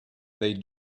they